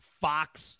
Fox